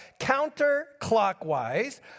Counterclockwise